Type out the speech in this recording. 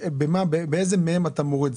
באיזה מהם אתה מוריד?